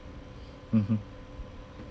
mmhmm